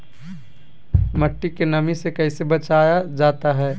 मट्टी के नमी से कैसे बचाया जाता हैं?